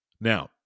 Now